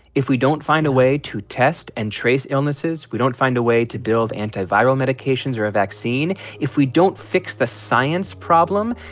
if we don't find a way to test and trace illnesses, if we don't find a way to build antiviral medications or a vaccine, if we don't fix the science problem,